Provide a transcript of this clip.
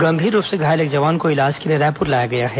गंभीर रूप से घायल एक जवान को इलाज के लिए रायपुर लाया गया है